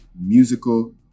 musical